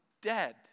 dead